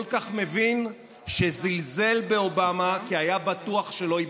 כל כך מבין, שזלזל באובמה, כי היה בטוח שלא ייבחר.